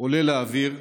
עולה לאוויר.